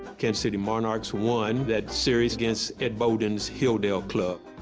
kansas city monarchs won that series against ed bolden's hilldale club.